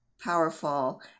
powerful